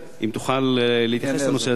אם תוכל להתייחס לנושא הזה,